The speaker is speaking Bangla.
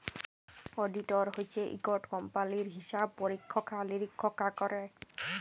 অডিটর হছে ইকট কম্পালির হিসাব পরিখ্খা লিরিখ্খা ক্যরে